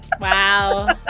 wow